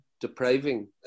depriving